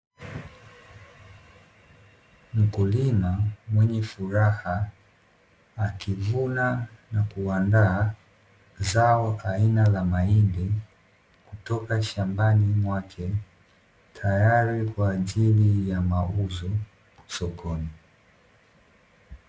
Mkulima mwenye furaha akivuna na kuandaa zao aina la mahindi, kutoka shambani mwake, tayari kwa ajili ya mauzo sokoni.